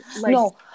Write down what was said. No